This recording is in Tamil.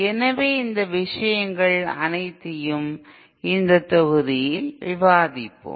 எனவே இந்த விஷயங்கள் அனைத்தையும் இந்த தொகுதியில் விவாதிப்போம்